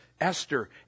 Esther